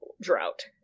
drought